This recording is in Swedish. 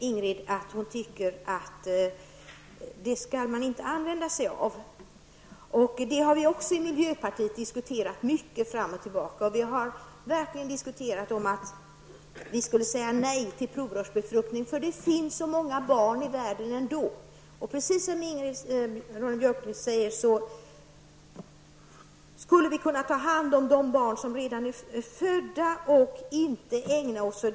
Ingrid Ronne-Björkqvist tycker att man inte skall använda sig av provrörsbefruktning. Ja, den saken har vi i miljöpartiet också diskuterat mycket, fram och tillbaka. Vi har verkligen diskuterat frågan om ett nej till provrörsbefruktning. Det finns ju ändå så många barn i världen. Vi borde kanske, precis som Ingrid Ronne-Björkqvist säger, ta hand om redan födda barn i stället för att använda provrörsbefruktning.